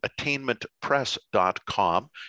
attainmentpress.com